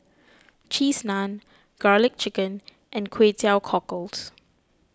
Cheese Naan Garlic Chicken and Kway Teow Cockles